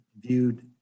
viewed